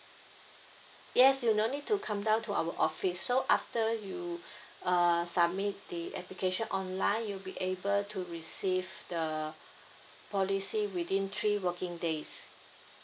yes you no need to come down to our office so after you uh submit the application online you'll be able to receive the policy within three working days